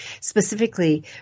specifically